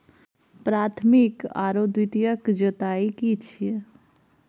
प्राथमिक आरो द्वितीयक जुताई की छिये?